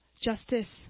justice